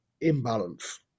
imbalance